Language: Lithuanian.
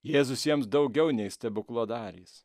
jėzus jiems daugiau nei stebukladaris